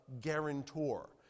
guarantor